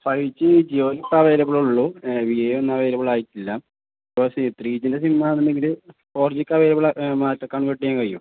five G ജിയോപ്പ available ഉള്ളു വി എ ഒന്നും അവൈലബിൾ ആയിട്ടില്ല ഇപ്പം ത്രീ ജീൻ്റെ സിമ്മാണെന്ന് ഉണ്ടെങ്കിൽ ഫോർ ജി ഒക്കെ അവൈലബിൾ മാറ്റി കൺവെർട്ട് ചെയ്യാൻ കഴിയും